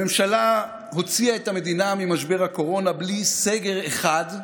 הממשלה הוציאה את המדינה ממשבר הקורונה בלי סגר אחד,